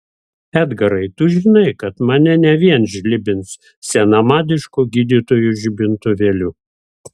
edgarai tu žinai kad mane ne vien žlibins senamadišku gydytojų žibintuvėliu